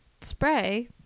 spray